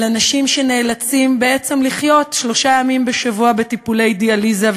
על אנשים שנאלצים בעצם להיות שלושה ימים בשבוע בטיפולי דיאליזה,